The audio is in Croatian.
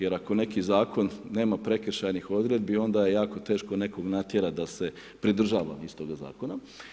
Jer ako neki zakon nema prekršajnih odredbi onda je jako teško nekog natjerati da se pridržava istog zakona.